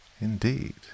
indeed